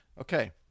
Okay